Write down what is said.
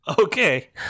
Okay